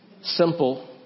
Simple